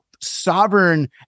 sovereign